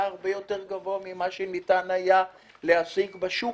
הרבה יותר גבוה ממה שניתן היה להשיג בשוק.